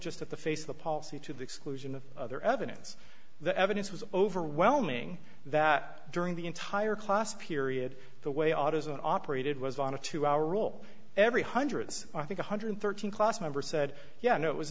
just at the face of the policy to the exclusion of other evidence the evidence was overwhelming that during the entire class period the way autism operated was on a two hour rule every hundreds i think one hundred and thirteen class member said yeah it was